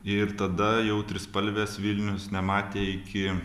ir tada jau trispalvės vilnius nematė iki